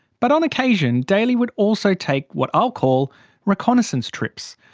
but on occasion daly would also take what i'll call reconnaissance trips.